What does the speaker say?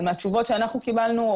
אבל מהתשובות שקיבלנו,